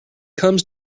comes